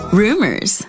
rumors